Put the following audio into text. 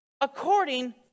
According